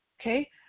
okay